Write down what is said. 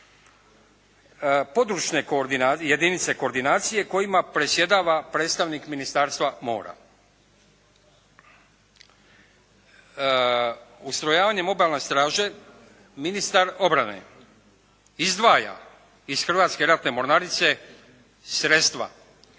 jedinice koordinacije kojima predsjedava predstavnik Ministarstva mora. Ustrojavanjem Obalne straže ministar obrane izdvaja iz Hrvatske ratne mornarice sredstva